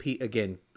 again